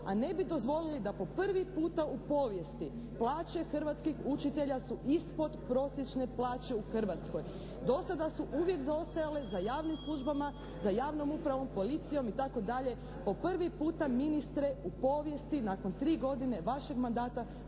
a ne bi dozvolili da po prvi puta u povijesti plaće hrvatskih učitelja su ispod prosječne plaće u Hrvatskoj. Do sada su uvijek zaostajale za javnim službama, za javnom upravom, policijom itd. Po prvi puta ministre u povijesti nakon tri godine vašeg mandata